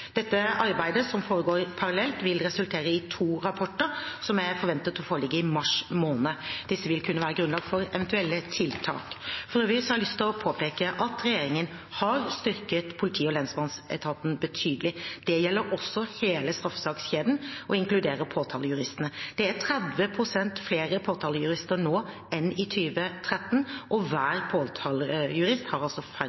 Dette arbeidet som foregår parallelt, vil resultere i to rapporter som er forventet å foreligge i mars måned. Disse vil kunne være grunnlag for eventuelle tiltak. For øvrig har jeg lyst til å påpeke at regjeringen har styrket politi- og lensmannsetaten betydelig. Det gjelder også hele straffesakskjeden og inkluderer påtalejuristene. Det er 30 pst. flere påtalejurister nå enn i 2013, og hver